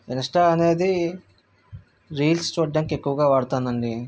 Insta అనేది reels చూడటానికి ఎక్కువగా వాడతాను అండి